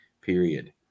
period